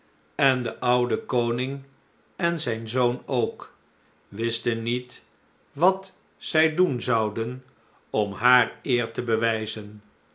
en de oude koning en zijn zoon ook wisten niet wat zij doen zouden om haar eer te bewijzen